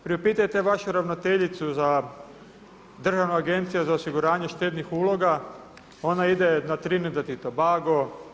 Priupitajte vašu ravnateljicu za Državna agencija za osiguranje štednih uloga, ona ide na Trinidad i Tobago.